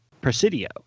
Presidio